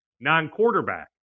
non-quarterback